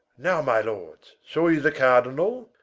now my lords, saw you the cardinall?